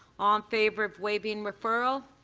um favor of waiving referral,